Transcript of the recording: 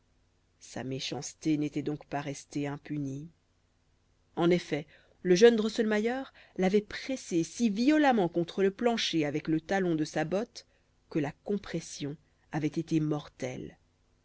sa méchanceté n'était donc pas restée impunie en effet le jeune drosselmayer l'avait pressée si violemment contre le plancher avec le talon de sa botte que la compression avait été mortelle